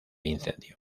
incendio